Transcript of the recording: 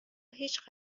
هیچ